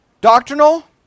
Doctrinal